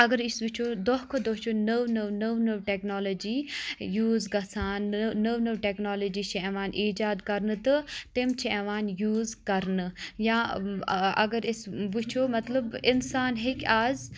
اَگَر أسۍ وٕچھو دۄہ کھۄتہٕ دۄہ چھِ نٔو نٔو نٔو نٔو ٹؠکنالوجِی یوٗز گَژھان نٔو نٔو ٹؠکنالوجِی چھِ یِوان اِیٖجاد کَرنہٕ تہٕ تِم چھِ یِوان یوٗز کَرنہٕ یا اَگَر أسۍ وٕچھو مَطلَب اِنسان ہؠکہِ آز